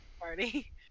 Party